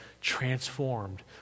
transformed